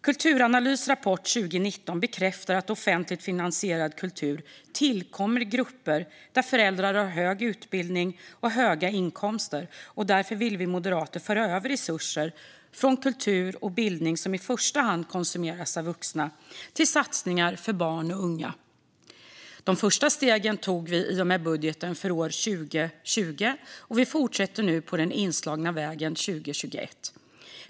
Kulturanalys rapport 2019 bekräftar att offentligt finansierad kultur tillkommer grupper där föräldrar har hög utbildning och höga inkomster. Därför vill vi moderater föra över resurser från kultur och bildning som i första hand konsumeras av vuxna till satsningar för barn och unga. De första stegen tog vi i och med budgeten för år 2020, och vi fortsätter 2021 på den inslagna vägen.